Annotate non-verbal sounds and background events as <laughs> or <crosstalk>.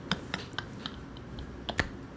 <laughs>